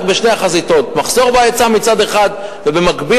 בשתי החזיתות מחסור בהיצע מצד אחד ובמקביל